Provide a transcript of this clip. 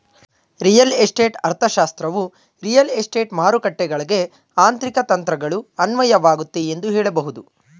real estate ಅರ್ಥಶಾಸ್ತ್ರವು real estate ಮಾರುಕಟ್ಟೆಗಳ್ಗೆ ಆರ್ಥಿಕ ತಂತ್ರಗಳು ಅನ್ವಯವಾಗುತ್ತೆ ಎಂದು ಹೇಳಬಹುದು